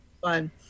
fun